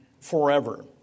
forever